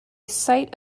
site